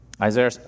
Isaiah